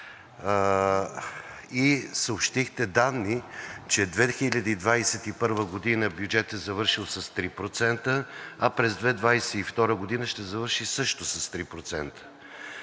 и съобщихте данни, че 2021 г. бюджетът е завършил с 3%, а през 2022 г. ще завърши също с 3%.